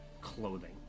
clothing